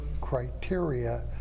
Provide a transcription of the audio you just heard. criteria